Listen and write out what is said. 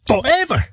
forever